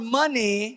money